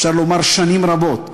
אפשר לומר שנים רבות,